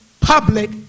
public